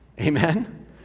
amen